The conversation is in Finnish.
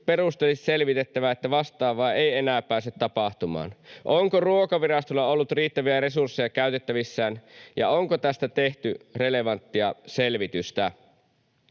perusteellisesti selvitettävä, että vastaavaa ei enää pääse tapahtumaan. Onko Ruokavirastolla ollut riittäviä resursseja käytettävissään, ja onko tästä tehty relevanttia selvitystä?